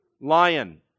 lion